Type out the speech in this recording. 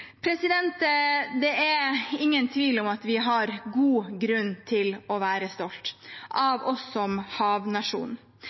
Det er ingen tvil om at vi har god grunn til å være